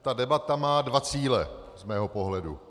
Ta debata má dva cíle z mého pohledu.